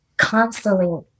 Constantly